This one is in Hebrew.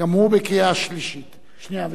גם היא לקריאה שנייה ושלישית.